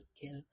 kill